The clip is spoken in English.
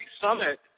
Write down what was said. Summit